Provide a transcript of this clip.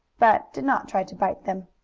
but did not try to bite them.